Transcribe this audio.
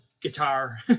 guitar